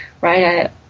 right